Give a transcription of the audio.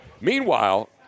Meanwhile